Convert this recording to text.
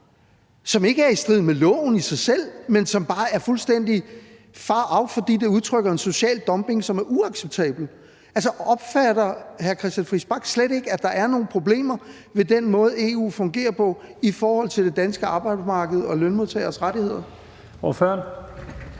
som ikke er i strid med loven med i sig selv, men som bare er fuldstændig far out, fordi de udtrykker en social dumping, som er uacceptabel? Opfatter hr. Christian Friis Bach slet ikke, at der er nogle problemer med den måde, EU fungerer på, i forhold til det danske arbejdsmarked og lønmodtageres og rettigheder? Kl.